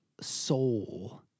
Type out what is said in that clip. soul